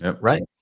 Right